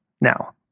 now